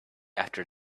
after